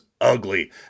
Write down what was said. ugly